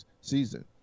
season